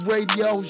Radio